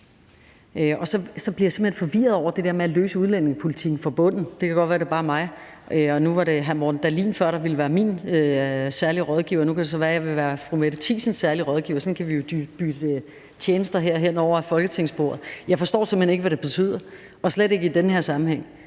Og så bliver jeg simpelt hen forvirret over det der med at løse udlændingepolitikken fra bunden – det kan godt være, det bare er mig. Nu var det hr. Morten Dahlin før, der ville være min særlige rådgiver, og nu kan det så være, jeg vil være fru Mette Thiesens særlige rådgiver – sådan kan vi jo bytte tjenester her hen over Folketinget. Jeg forstår simpelt hen ikke, hvad det betyder, og slet ikke i den her sammenhæng,